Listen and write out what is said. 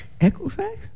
Equifax